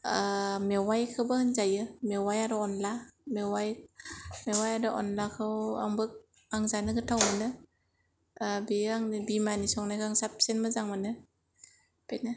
मेवायखौबो होनजायो मेवाय आरो अनला मेवाय मेवाय आरो अनलाखौ आंबो आं जानो गोथाव मोनो बियो आंनि बिमानि संनायखौ साबसिन मोजां मोनो बेनो